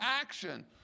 action